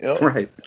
Right